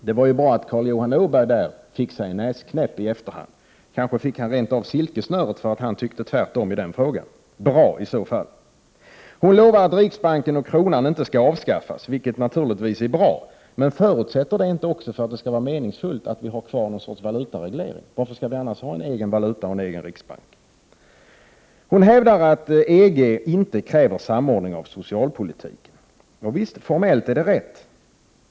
Det var ju bra att Carl Johan Åberg där fick sig en näsknäpp i efterhand. Kanske fick han rent av silkessnöret, för att han tyckte tvärtom i den frågan. Bra, i så fall. Anita Gradin lovar att riksbanken och kronan inte skall avskaffas, vilket naturligtvis är bra. Men förutsätter det inte också att vi har kvar någon sorts valutareglering, för att det skall vara meningsfullt? Varför skall vi annars ha en egen valuta och en egen riksbank? Hon hävdar att EG inte kräver samordning av socialpolitiken. Formellt är det rätt.